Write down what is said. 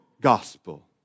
gospel